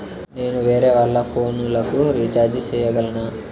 నేను వేరేవాళ్ల ఫోను లకు రీచార్జి సేయగలనా?